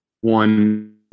one